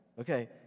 Okay